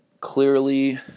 Clearly